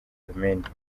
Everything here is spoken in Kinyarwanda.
armenia